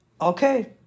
Okay